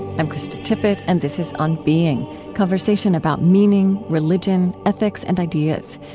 i'm krista tippett, and this is on being conversation about meaning, religion, ethics, and ideas.